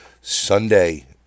Sunday